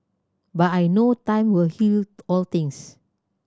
but I know time will heal all things